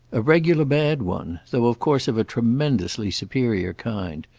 a regular bad one though of course of a tremendously superior kind.